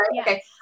Okay